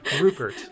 rupert